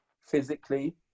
physically